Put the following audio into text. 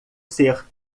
ser